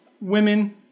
women